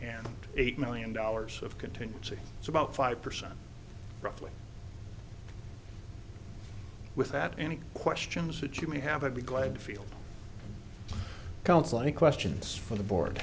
and eight million dollars of contingency so about five percent roughly with that any questions that you may have had be glad to feel counseling questions for the board